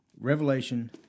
Revelation